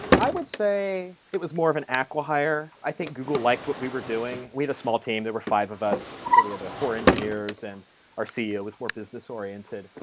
i would say it was more of an acqui-hire. i think google liked what we were doing. we had a small team, there were five of us. so we had four engineers and our ceo was more business oriented.